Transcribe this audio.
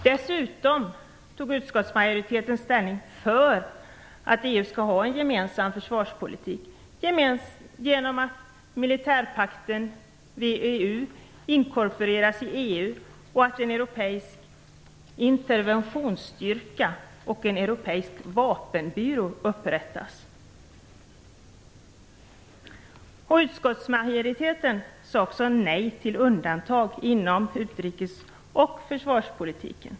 Dessutom tog utskottsmajoriteten ställning för att EU skall ha en gemensam försvarspolitik, genom att militärpakten VEU inkorporeras i EU och att en Europeisk interventionsstyrka och en Europeisk vapenbyrå upprättas. Utrikesmajoriteten sade också nej till undantag inom utrikes och försvarspolitiken.